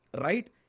Right